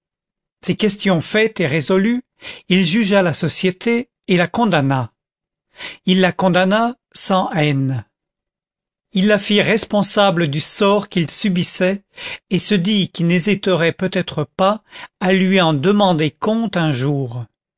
ces questions faites et résolues il jugea la société et la condamna il la condamna sans haine il la fit responsable du sort qu'il subissait et se dit qu'il n'hésiterait peut-être pas à lui en demander compte un jour